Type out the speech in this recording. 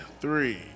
three